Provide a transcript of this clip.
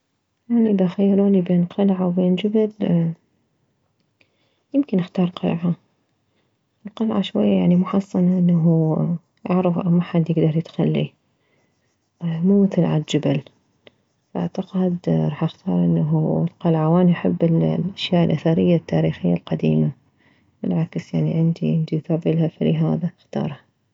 اني اذا خيروني بين قلعة وبين جبل يمكن اختار قلعة القلعة شوية يعني محصنة انه اعرف محد يكدر يدخلي مو مثل عالجبل افعتقد راح اختار انه القلعة واني احب الاشياء الاثرية التاريخية القديمة بالعكس يعني عندي انجذاب الها فلهذا اختارها